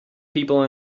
people